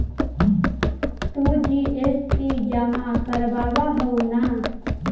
तु जी.एस.टी जमा करवाब हहु न?